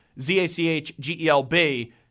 Z-A-C-H-G-E-L-B